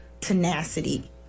tenacity